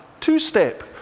two-step